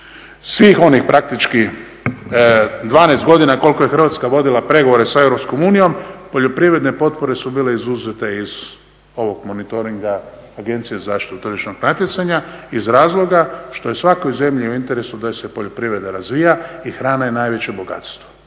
svih onih praktički 12 godina koliko je Hrvatska vodila pregovore sa EU poljoprivredne potpore su bile izuzete iz ovog monitoringa Agencije za zaštitu tržišnog natjecanja iz razloga što je svakoj zemlji u interesu da joj se poljoprivreda razvija i hrana je najveće bogatstvo